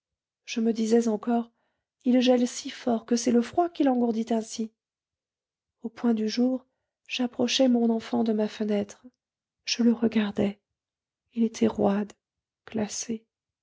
je me disais encore il gèle si fort que c'est le froid qui l'engourdit ainsi au point du jour j'approchai mon enfant de ma fenêtre je le regardai il était roide glacé